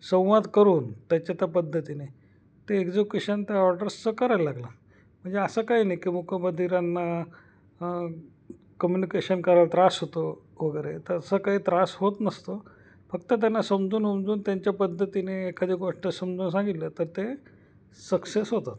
संवाद करून त्याच्या त्या पद्धतीने ते एक्झ्युक्यूशन त्या ऑर्डर्सचं करायला लागला म्हणजे असं काही नाही की मूकबधिरांना कम्युनिकेशन करायला त्रास होतो वगैरे तर असं काही त्रास होत नसतो फक्त त्यांना समजून उमजून त्यांच्या पद्धतीने एखादी गोष्ट समजून सांगितले तर ते सक्सेस होतात